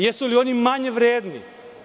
Jesu li oni manje vredni?